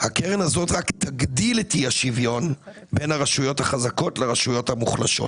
הקרן הזאת רק תגדיל את אי השוויון בין הרשויות החזקות לרשויות המוחלשות,